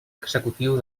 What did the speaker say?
executiu